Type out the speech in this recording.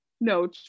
No